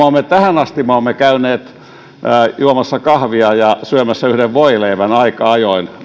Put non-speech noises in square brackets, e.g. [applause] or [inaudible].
[unintelligible] olemme valiokuntien kanssa käyneet juomassa kahvia ja syömässä yhden voileivän aika ajoin